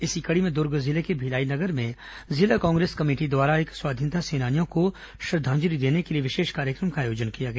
इसी कड़ी में दुर्ग जिले के भिलाई नगर में जिला कांग्रेस कमेटी द्वारा एक स्वाधीनता सेनानियों को श्रद्वांजलि देने के लिए विशेष कार्यक्रम का आयोजन किया गया